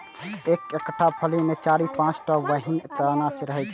एकर एकटा फली मे चारि सं पांच टा बीहनि या दाना रहै छै